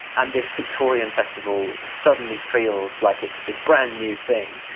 and this victorian festival suddenly feels like it's this brand new thing.